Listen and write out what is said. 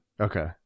Okay